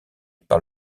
par